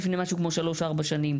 זה היה לפני משהו כמו שלוש-ארבע שנים.